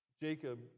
Jacob